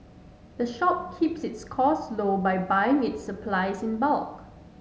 the shop keeps its costs low by buying its supplies in bulk